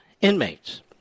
inmates